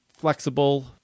flexible